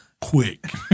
quick